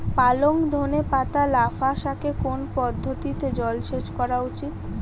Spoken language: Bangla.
পালং ধনে পাতা লাফা শাকে কোন পদ্ধতিতে জল সেচ করা উচিৎ?